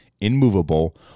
immovable